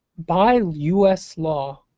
by u s. law,